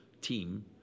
team